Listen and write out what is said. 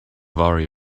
worry